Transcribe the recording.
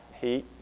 heat